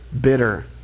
Bitter